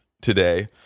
today